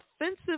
offensive